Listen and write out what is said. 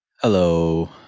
hello